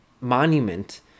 monument